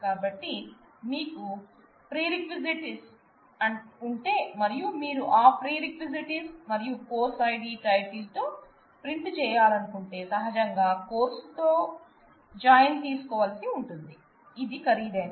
కాబట్టి మీకు ప్రిరేక్విసిటిస్ ఉంటే మరియు మీరు ఆ ప్రిరేక్విసిటిస్ మరియు కోర్సు id టైటిల్ తో ప్రింట్ చేయాలనుకుంటే సహజంగా కోర్సు తో క జాయిన్ తీసుకోవాల్సి ఉంటుంది ఇది ఖరీదైనది